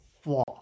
flaw